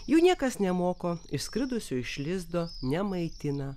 jų niekas nemoko išskridusių iš lizdo nemaitina